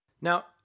Now